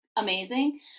Amazing